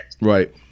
Right